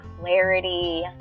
clarity